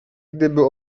gdyby